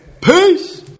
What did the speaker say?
Peace